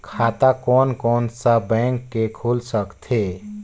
खाता कोन कोन सा बैंक के खुल सकथे?